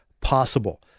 possible